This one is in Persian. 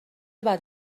بعد